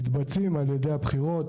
מתבצעים על ידי הבחירות.